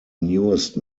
newest